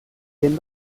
den